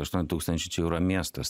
aštuoni tūkstančiai čia jau yra miestas